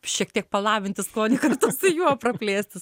šiek tiek palabinti skonį kartu su juo praplėsti